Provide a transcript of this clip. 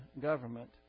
government